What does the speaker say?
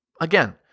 Again